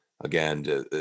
Again